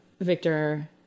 Victor